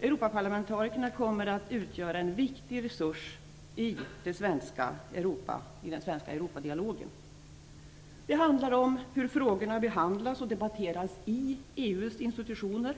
Europaparlamentarikerna kommer att utgöra en viktig resurs i den svenska Det handlar om hur frågorna behandlas och debatteras i EU:s institutioner.